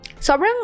sobrang